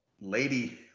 Lady